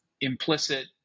implicit